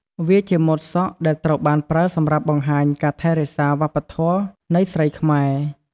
វាជាម៉ូតសក់ដែលត្រូវបានប្រើសម្រាប់បង្ហាញការថែរក្សាវប្បធម៍នៃស្រីខ្មែរ។